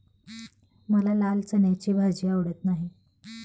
मला लाल चण्याची भाजी आवडत नाही